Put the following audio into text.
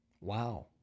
Wow